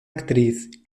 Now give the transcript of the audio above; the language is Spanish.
actriz